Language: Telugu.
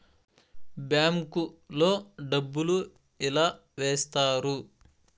బ్యాంకు లో డబ్బులు ఎలా వేస్తారు